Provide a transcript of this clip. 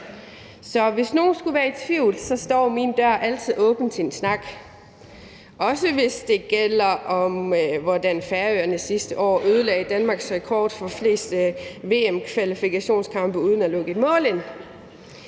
Så hvis nogen skulle være i tvivl, står min dør altid åben til en snak, også hvis det gælder om, hvordan Færøerne sidste år ødelagde Danmarks rekord for flest VM-kvalifikationskampe uden at lukke et mål ind.